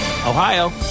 Ohio